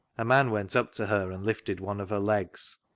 a man went up to her and lifted one of her legs